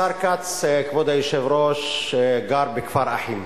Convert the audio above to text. השר כץ גר בכפר-אחים,